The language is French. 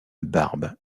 barbe